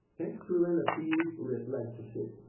so we learned that b lead lead to c.